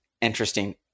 Interesting